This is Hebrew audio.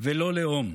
ולא לאום.